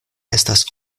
estas